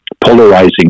polarizing